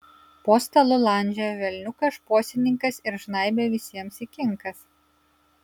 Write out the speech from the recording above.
po stalu landžiojo velniukas šposininkas ir žnaibė visiems į kinkas